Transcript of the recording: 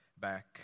back